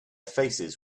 faces